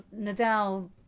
Nadal